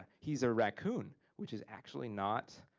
he's a raccoon, which is actually not